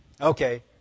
okay